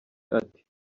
ati